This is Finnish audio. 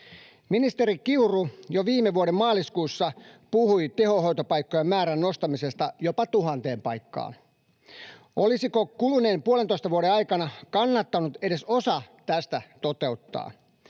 Ministeri Kiuru jo viime vuoden maaliskuussa puhui tehohoitopaikkojen määrän nostamisesta jopa tuhanteen paikkaan. Olisiko kuluneen puolentoista vuoden aikana kannattanut edes osa tästä toteuttaa?